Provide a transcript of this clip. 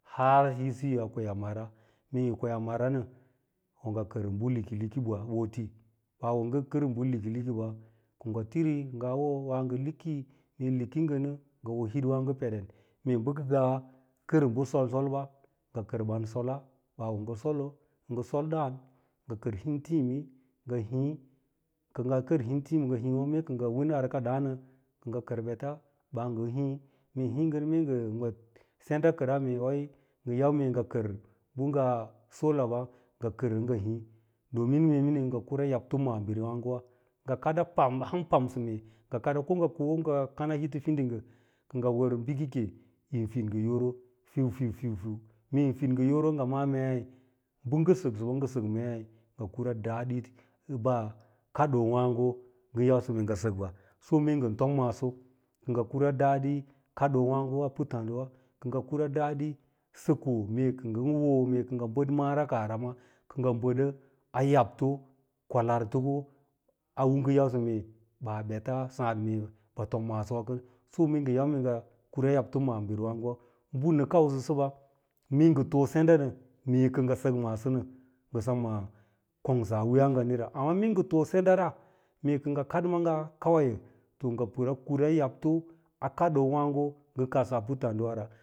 Har hitsiyo a kwe a wana mee yi kwe a mara nɚ o ngɚ kɚr bɚ hiki liki ɓa ɓoli, ɓaa wo ngɚ kɚr bɚ liki likiba ko ngɚ tiri wan liki, mee liki nɚ ngɚ hoo hitwààgo, peɗen, meen bɚ kɚ ngaa kɚr bɚ solsolɓa ngɚ kɚr ɓan solaa, ɓaa wo ngɚ solo ɚ ngɚ sol ɗààn, ngɚ kɚr intii ngɚ hii kɚ ngaa kɚr nitii ngɚ hiirà mie kɚ ngɚ win wka ɗààn nɚ kɚr ɓets ɓaa ngɚ hii, mee hii ngɚ nɚ mee ngɚ ma sendakora mee wai ngɚn mee ngɚ kɚr bɚ ngaa solaba ngɚ kɚrɚ ngɚ hii domin mee miniu ngɚ yabto maabire êàgowa ngɚ kada pamsɚ ham tansɚ mee ngɚ ngɚ kad wa ko ngɚ koa hito fidinggɚ kɚ ngɚ wɚr bɚkake yin fiɗ ngɚ yoro fin fai fai mee yin fiɗ ngɚ yoro ngɚ màà mii bɚ ngɚ sɚksɚɓa ngɚ yausɚ mee ngɚ kura dadi kaɗoowààgowa a puttààɗiwa kɚ ngɚ kura dadi sɚkoo mee kɚ ngɚn wo mee kɚ bɚɗɚ a yabto, kwalaarito a u ngɚn yausɚ mee ɓaa bata sààd ɓɚ tom maasowa kɚn, so mee ngɚn yau mee ngɚ kura yabto maaɓiri wààgewa bɚ nɚ kausa sɚɓa mee ngɚ too senda nɚ mee kɚ ngɚ sɚk maaso nɚ nɚ, ngɚ semana kongsa a wiiyaa ngawira, amma mee ngɚ too sendara mee kɚ ngɚ kad maaga kawai to ngɚ yura yaɓto a kaɗoowààgo ngɚ kadsaa puttààdiwawara har